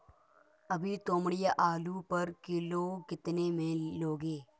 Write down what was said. अभी तोमड़िया आलू पर किलो कितने में लोगे?